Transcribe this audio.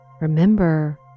remember